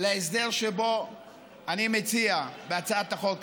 להסדר שאני מציע בהצעת החוק הזאת.